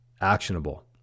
actionable